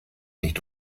nicht